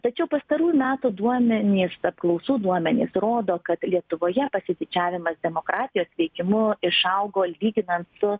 tačiau pastarųjų metų duomenys apklausų duomenys rodo kad lietuvoje pasididžiavimas demokratijos veikimu išaugo lyginant su